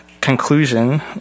conclusion